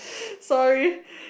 sorry